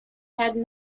had